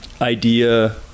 idea